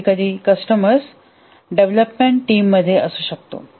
कधीकधी customers development team मध्ये असू शकतो